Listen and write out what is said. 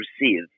receive